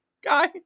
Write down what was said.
guy